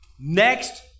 next